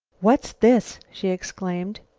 what's this? she exclaimed.